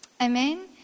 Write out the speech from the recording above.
Amen